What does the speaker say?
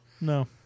No